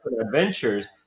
adventures